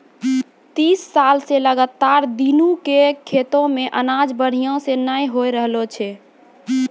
तीस साल स लगातार दीनू के खेतो मॅ अनाज बढ़िया स नय होय रहॅलो छै